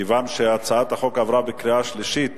כיוון שהצעת החוק עברה בקריאה השלישית